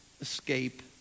escape